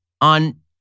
on